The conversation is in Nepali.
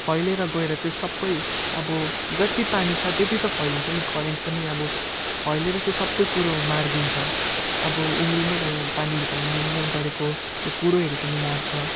फैलिएर गएर चाहिँ सबै अब जति पानी छ त्यत्ति त फैलिन्छ नि करेन्ट पनि अब फैलिएर चाहिँ सबै कुरो मारिदिन्छ अब उम्लिँदै गरेको पानीभित्र उम्लिँदै गरेको त्यो कुरोहरू पनि मर्छ